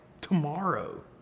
tomorrow